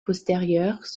postérieures